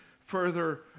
further